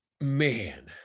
man